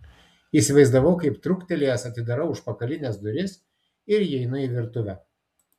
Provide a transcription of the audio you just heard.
įsivaizdavau kaip trūktelėjęs atidarau užpakalines duris ir įeinu į virtuvę